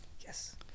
Yes